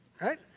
Right